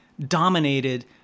dominated